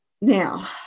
Now